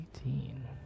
Eighteen